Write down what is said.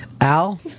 Al